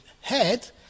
head